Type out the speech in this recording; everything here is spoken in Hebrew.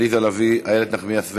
עליזה לביא, איילת נחמיאס ורבין,